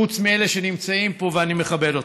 חוץ מאלה שנמצאים פה, ואני מכבד אתכם.